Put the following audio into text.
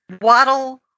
Waddle